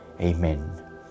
Amen